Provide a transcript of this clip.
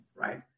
right